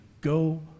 Go